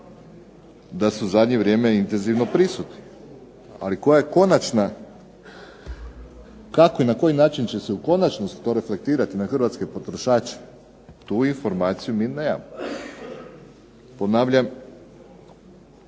da su zadnje vrijeme intenzivno prisutni, ali koja je konačna, kako i na koji način će se to u konačnosti reflektirati na Hrvatske potrošače, tu informaciju mi nemamo. Ponavljam,